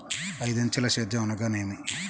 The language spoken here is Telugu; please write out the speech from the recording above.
ఐదంచెల సేద్యం అనగా నేమి?